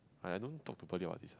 I don't talk to people about this